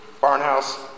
Barnhouse